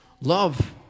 love